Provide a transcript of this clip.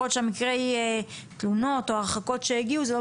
יכול להיות שהתלונות וההרחקות שהגיעו הם לא